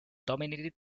dominated